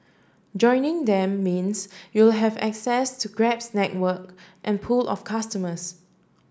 joining them means you'll have access to Grab's network and pool of customers